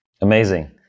Amazing